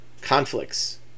conflicts